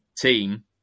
team